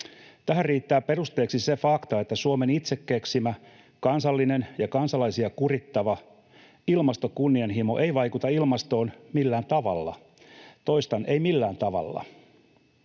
Tähän riittää perusteeksi se fakta, että Suomen itse keksimä kansallinen ja kansalaisia kurittava ilmastokunnianhimo ei vaikuta ilmastoon millään tavalla. Toistan: ei millään tavalla.